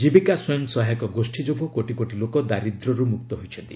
ଜୀବିକା ସ୍ୱୟଂସହାୟକ ଗୋଷୀ ଯୋଗୁଁ କୋଟି କୋଟି ଲୋକ ଦାରିଦ୍ର୍ୟରୁ ମୁକ୍ତ ହୋଇଛନ୍ତି